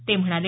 ते म्हणाले